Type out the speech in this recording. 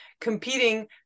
competing